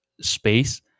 space